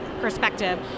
perspective